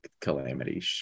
calamity